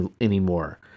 anymore